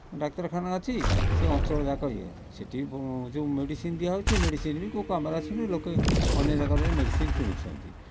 ଡାକ୍ତରଖାନା ଅଛି ସେ ଅଞ୍ଚଳ ଯାକ ଇଏ ସେଇଠି ଯେଉଁ ମେଡ଼ିସିନ୍ ଦିଆ ହେଉଛି ସେ ମେଡ଼ିସିନ୍ ବି କେଉଁ କାମରେ ଆସୁନି ଲୋକେ ଅନ୍ୟ ଜାଗାରେ ଯାଇ ମେଡ଼ିସିନ୍ କିଣୁଛନ୍ତି